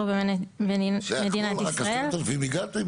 רק ל-10,000 הגעתם?